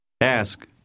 Ask